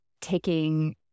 taking